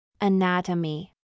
anatomy